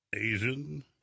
Asian